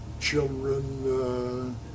children